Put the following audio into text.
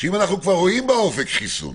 שאם אנחנו כבר רואים באופק חיסון,